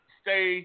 stay